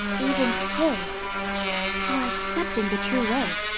even killed for accepting the true way.